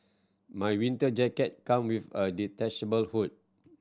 my winter jacket come with a detachable hood